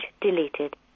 deleted